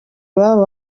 iwabo